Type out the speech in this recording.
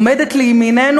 עומדת לימיננו?